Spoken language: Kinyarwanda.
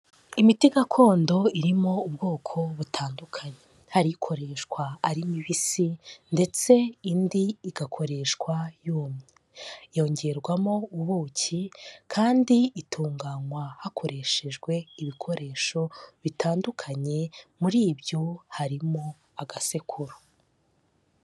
Imiti gakondo irimo ubwoko butandukanye. Hari ikoreshwa ari mibisi ndetse indi igakoreshwa yumye. Yongerwamo ubuki kandi itunganywa hakoreshejwe ibikoresho bitandukanye, muri ibyo harimo agasekuru.